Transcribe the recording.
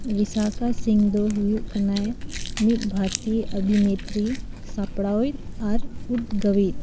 ᱵᱤᱥᱟᱠᱷᱟ ᱥᱤᱝ ᱫᱚ ᱦᱩᱭᱩᱜ ᱠᱟᱱᱟᱭ ᱢᱤᱫ ᱵᱷᱟᱨᱚᱛᱤᱭᱚ ᱚᱵᱷᱤᱱᱮᱛᱨᱤ ᱥᱟᱯᱲᱟᱣᱤᱡ ᱟᱨ ᱩᱫᱽᱜᱟᱹᱣᱤᱡ